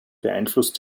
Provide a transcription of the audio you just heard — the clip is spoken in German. beeinflusst